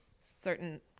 certain